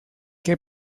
que